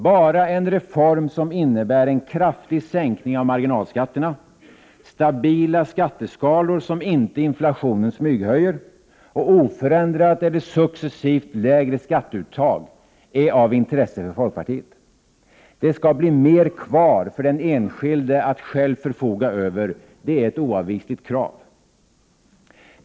Bara en reform som innebär en kraftig sänkning av marginalskatterna, stabila skatteskalor som inte inflationen smyghöjer och oförändrat eller successivt lägre skatteuttag är av intresse för folkpartiet. Det skall bli mer kvar för den enskilde att själv förfoga över. Det är ett oavvisligt krav.